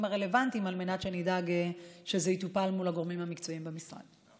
הרלוונטיים על מנת שאני אדאג שזה יטופל מול הגורמים המקצועיים במשרד.